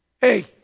hey